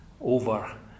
over